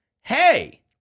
hey